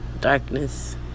Darkness